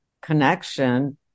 connection